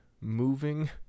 moving